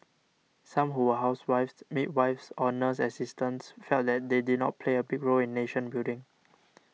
some who were housewives midwives or nurse assistants felt that they did not play a big role in nation building